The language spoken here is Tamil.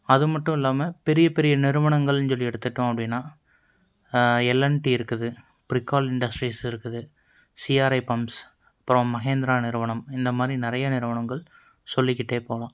அது மட்டும் இல்லாமல் பெரிய பெரிய நிறுவனங்கள்னு சொல்லி எடுத்துகிட்டோம் அப்படின்னா எல் அண்ட் டி இருக்குது பிரிக்கால் இண்டஸ்ட்ரீஸ் இருக்குது சிஆர்ஐ பம்ப்ஸ் அப்புறம் மஹேந்திரா நிறுவனம் இந்தமாதிரி நிறையா நிறுவனங்கள் சொல்லிக்கிட்டே போகலாம்